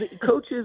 coaches